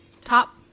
top